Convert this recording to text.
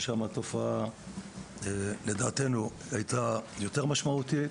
לדעתנו, יש שם תופעה שהייתה יותר משמעותית.